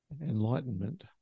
enlightenment